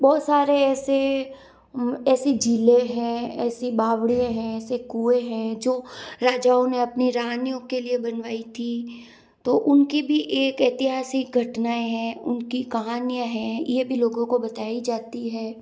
बहुत सारे ऐसे ऐसी झीलें हैं ऐसी बावड़िये हैं ऐसे कुएँ हैं जो राजाओं ने अपनी रानियों के लिए बनवाई थी तो उनकी भी एक ऐतिहासिक घटनाएँ हैं उनकी कहानियाँ हैं ये भी लोगों को बताई जाती है